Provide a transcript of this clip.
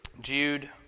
Jude